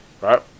Right